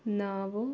ನಾವು